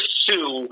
sue